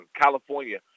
California